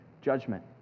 judgment